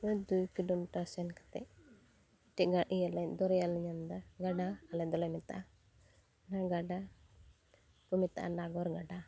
ᱫᱩ ᱠᱤᱞᱳᱢᱤᱴᱟᱨ ᱥᱮᱱ ᱠᱟᱛᱮᱫ ᱤᱭᱟᱹ ᱫᱚᱨᱭᱟ ᱞᱮ ᱧᱟᱢᱫᱟ ᱜᱟᱰᱟ ᱟᱞᱮ ᱫᱚᱞᱮ ᱢᱮᱛᱟᱜᱼᱟ ᱜᱟᱰᱟ ᱠᱚ ᱢᱮᱛᱟᱜᱼᱟ ᱱᱟᱜᱚᱨ ᱜᱟᱰᱟ